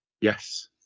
Yes